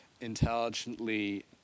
intelligently